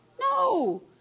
No